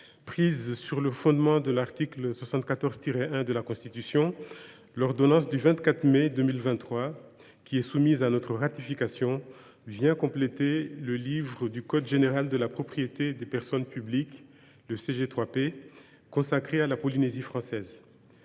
prise sur le fondement de l’article 74 1 de la Constitution, l’ordonnance du 24 mai 2023, qui est soumise à la ratification du Sénat, tend à compléter le livre du code général de la propriété des personnes publiques consacré à la Polynésie française.